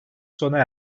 sona